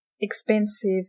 expensive